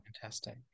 Fantastic